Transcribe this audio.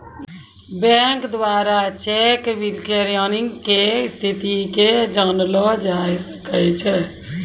bank द्वारा cheque clearing के स्थिति के जानलो जाय सकै छै